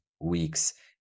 weeks